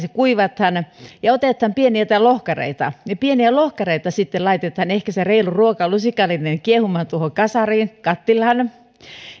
se kuivataan ja otetaan pieniä lohkareita niitä pieniä lohkareita sitten laitetaan ehkä reilu ruokalusikallinen kiehumaan kasariin kattilaan